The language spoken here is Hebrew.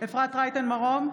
אפרת רייטן מרום,